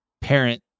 parent